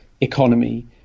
economy